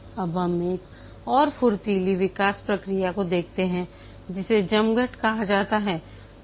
अब हम एक और फुर्तीली विकास प्रक्रिया को देखते हैं जिसे जमघट कहा जाता है